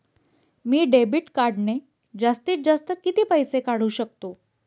मी debit कार्डने जास्तीत जास्त किती पैसे काढू शकतो?